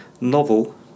novel